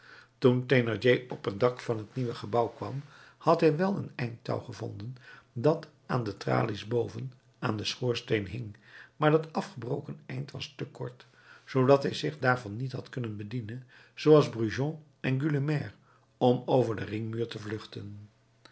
op het dak van het nieuwe gebouw kwam had hij wel het eind touw gevonden dat aan de tralies boven aan den schoorsteen hing maar dat afgebroken eind was te kort zoodat hij zich daarvan niet had kunnen bedienen zooals brujon en gueulemer om over den ringmuur te vluchten